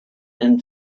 and